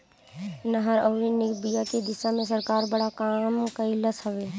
नहर अउरी निक बिया के दिशा में सरकार बड़ा काम कइलस हवे